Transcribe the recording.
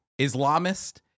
Islamist